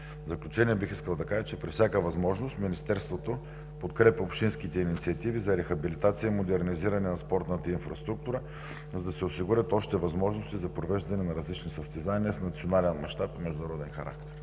заключение, бих искал да кажа, че при всяка възможност Министерството подкрепя общинските инициативи за рехабилитация, модернизиране на спортната инфраструктура, за да се осигурят още възможности за провеждане на различни състезания от национален мащаб и международен характер.